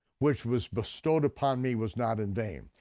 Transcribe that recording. which was bestowed upon me, was not in vain.